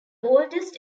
oldest